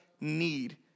need